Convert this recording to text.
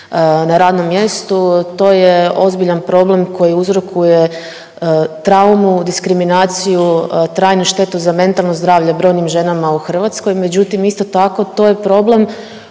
na radnom mjestu. To je ozbiljan problem koji uzrokuje traumu, diskriminaciju, trajnu štetu za mentalno zdravlje brojnim ženama u Hrvatskoj. Međutim, isto tako to je problem